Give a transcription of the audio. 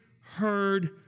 heard